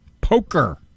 poker